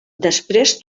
després